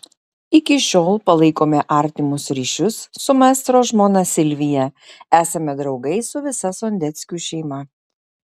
iki šiol palaikome artimus ryšius su maestro žmona silvija esame draugai su visa sondeckių šeima